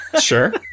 Sure